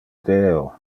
deo